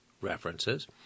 references